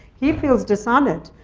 he feels dishonored.